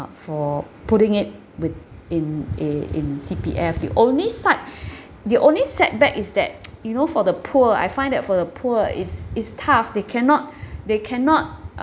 for putting it with in a in C_P_F the only site the only setback is that you know for the poor I find that for the poor it's it's tough they cannot they cannot